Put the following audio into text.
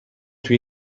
توی